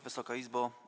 Wysoka Izbo!